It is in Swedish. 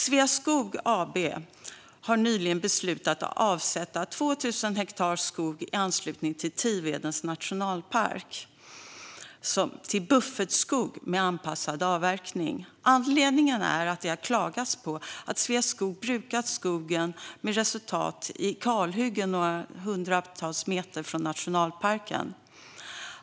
Sveaskog AB har nyligen beslutat avsätta 2 000 hektar skog i anslutning till Tivedens nationalpark till buffertskog med anpassad avverkning. Anledningen är att det har klagats på att Sveaskog brukat skogen, vilket resulterat i kalhyggen något hundratal meter från nationalparken.